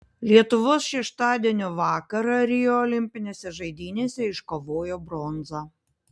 lietuvos šeštadienio vakarą rio olimpinėse žaidynėse iškovojo bronzą